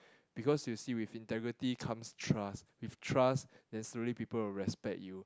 because you see with integrity comes trust with trust then slowly people will respect you